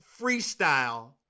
freestyle